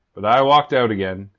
but i walked out again,